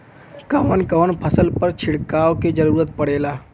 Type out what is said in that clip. कवन कवन फसल पर छिड़काव के जरूरत पड़ेला?